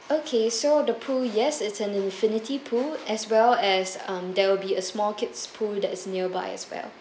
okay so the pool yes it's an infinity pool as well as um there will be a small kids pool that is nearby as well